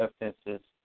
offenses